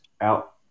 out